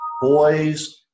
boys